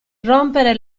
rompere